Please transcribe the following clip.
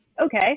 Okay